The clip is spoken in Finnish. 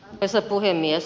arvoisa puhemies